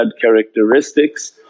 characteristics